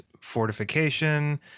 fortification